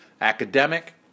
academic